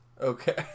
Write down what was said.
Okay